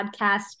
Podcast